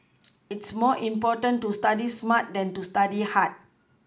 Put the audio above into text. it's more important to study smart than to study hard